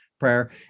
Prayer